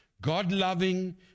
God-loving